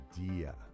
idea